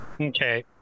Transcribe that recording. Okay